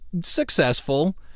successful